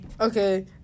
Okay